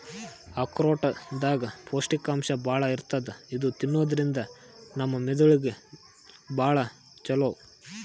ಆಕ್ರೋಟ್ ದಾಗ್ ಪೌಷ್ಟಿಕಾಂಶ್ ಭಾಳ್ ಇರ್ತದ್ ಇದು ತಿನ್ನದ್ರಿನ್ದ ನಮ್ ಮೆದಳಿಗ್ ಭಾಳ್ ಛಲೋ